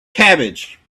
cabbage